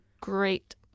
great